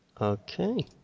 Okay